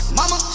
Mama